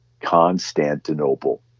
constantinople